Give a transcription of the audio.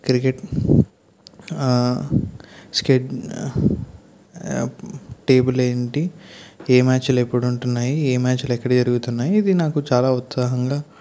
cricket ఆ స్కే table ఏంటీ ఏ మ్యాచ్లు ఎప్పుడు ఉంటున్నాయి ఏ మ్యాచ్లు ఎక్కడ జరుగుతున్నాయి ఇది నాకు చాలా ఉత్సాహంగా